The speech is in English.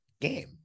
game